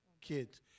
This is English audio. kids